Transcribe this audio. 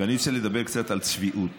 אני רוצה לדבר קצת על צביעות.